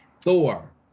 Thor